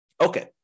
Okay